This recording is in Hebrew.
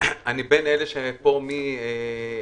אני בין אלה שנמצאים פה מ-2006,